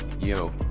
Yo